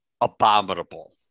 abominable